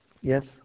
Yes